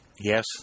Yes